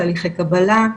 תהליכי קבלה,